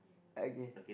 okay